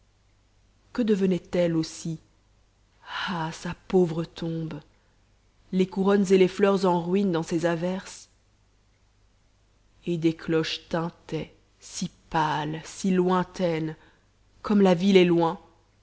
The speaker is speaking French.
que devenait elle aussi ah sa pauvre tombe les couronnes et les fleurs en ruines dans ces averses et des cloches tintaient si pâles si lointaines comme la ville est loin